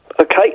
Okay